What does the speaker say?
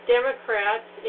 Democrats